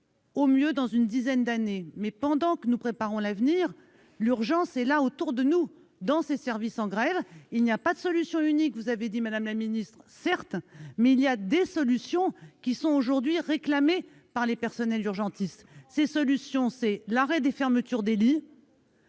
au mieux dans une dizaine d'années. Or pendant que nous préparons l'avenir, l'urgence est là, autour de nous, dans ces services en grève. Il n'y a certes pas de solution unique, avez-vous dit, madame la ministre, mais il y a des solutions qui sont aujourd'hui réclamées par les personnels urgentistes. Ces solutions consistent à mettre un terme